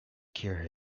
cure